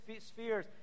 spheres